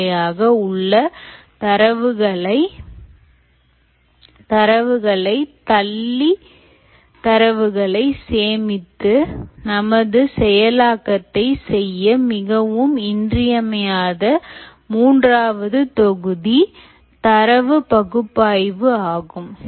நிலையாக உள்ள தரவுகளை தரவுகளை தள்ளி தரவுகளை சேமித்து நமது செயலாக்கத்தை செய்ய மிகவும் இன்றியமையாத மூன்றாவது தொகுதி தரவு பகுப்பாய்வு ஆகும்